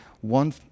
one